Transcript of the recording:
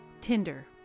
Tinder